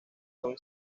son